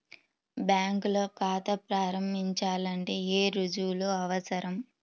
బ్యాంకులో ఖాతా ప్రారంభించాలంటే ఏ రుజువులు అవసరం?